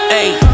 ayy